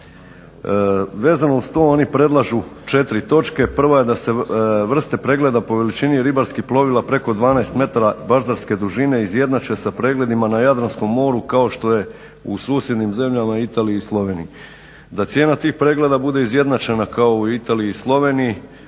Vezano uz to oni predlažu četiri točke, prva je da se vrste pregleda po veličini ribarskih plovila preko 12 metara baždarske dužine izjednače sa pregledima na Jadranskom moru kao što je u susjednim zemljama Italiji i Sloveniji, da cijena tih pregleda bude izjednačena kao u Italiji i Sloveniji,